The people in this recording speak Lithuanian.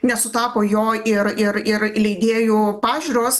nesutapo jo ir ir ir leidėjų pažiūros